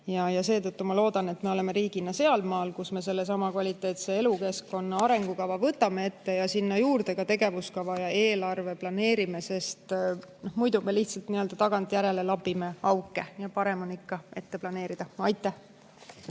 Seetõttu ma loodan, et me oleme riigina seal maal, kus me sellesama kvaliteetse elukeskkonna arengukava võtame ette ja sinna juurde ka tegevuskava ja eelarve planeerime, sest muidu me lihtsalt lapime tagantjärele auke. Parem on ikka ette planeerida. Aitäh!